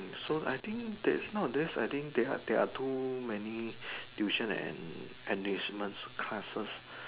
so I think that's nowadays I think there are there are too many tuition and enrichment classes